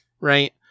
Right